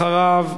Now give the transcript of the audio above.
אחריו,